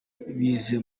bize